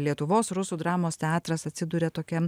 lietuvos rusų dramos teatras atsiduria tokiam